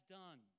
done